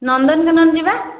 ନନ୍ଦନକାନନ ଯିବା